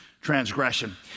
Transgression